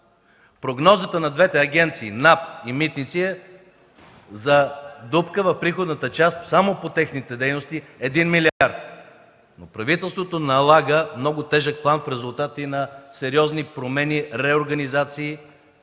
Прогнозата на двете агенции – НАП и „Митници”, е за дупка в приходната част само по техните дейности от 1 милиард. Правителството налага много тежък план в резултат и на сериозни промени, реорганизации